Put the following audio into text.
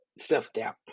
self-doubt